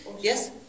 Yes